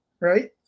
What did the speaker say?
right